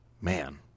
Man